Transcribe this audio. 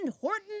Horton